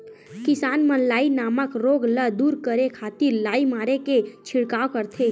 किसान मन लाई नामक रोग ल दूर करे खातिर लाई मारे के छिड़काव करथे